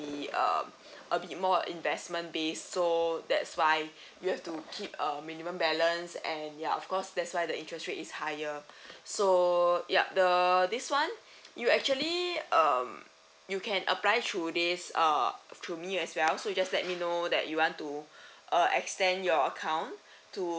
err a bit more investment base so that's why you have to keep a minimum balance and ya of course that's why the interest rate is higher so yup the this one you actually um you can apply through this uh to me as well so you just let me know that you want to uh extend your account to